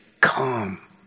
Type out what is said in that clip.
Come